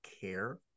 care